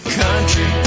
country